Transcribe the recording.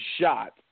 shot